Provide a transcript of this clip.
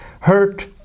hurt